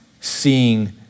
seeing